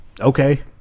Okay